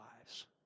lives